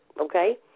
Okay